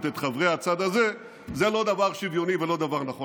את חברי הצד הזה זה לא דבר שוויוני ולא דבר נכון